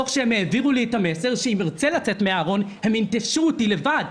תוך שהם העבירו לי את המסר שאם ארצה לצאת מן הארון הם ינטשו אותי לבד,